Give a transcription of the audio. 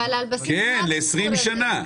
כן, ל-20 שנה.